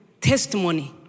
testimony